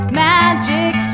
magic